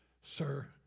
sir